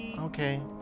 Okay